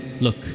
look